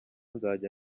nzajya